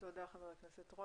תודה ח"כ רול,